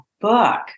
book